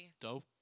Dope